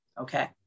okay